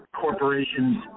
corporations